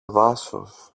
δάσος